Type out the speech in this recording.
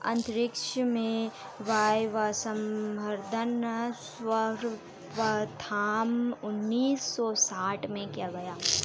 अंतरिक्ष में वायवसंवर्धन सर्वप्रथम उन्नीस सौ साठ में किया गया